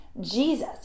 Jesus